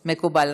מקובל.